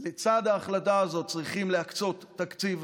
לצד ההחלטה הזאת צריכים להקצות תקציב,